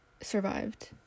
survived